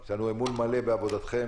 יש לנו אמון מלא בעבודתכם.